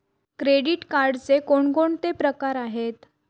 Credit कार्डचे कोणकोणते प्रकार आहेत?